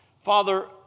Father